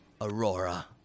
Aurora